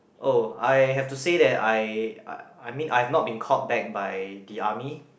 oh I have to say I I mean I have not been called back by the army